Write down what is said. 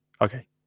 Okay